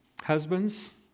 Husbands